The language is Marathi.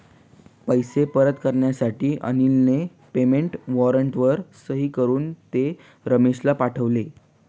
पैसे परत करण्यासाठी अनिलने पेमेंट वॉरंटवर सही करून ते रमेशला पाठवले